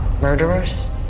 Murderers